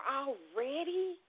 already